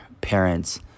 parents